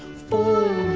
full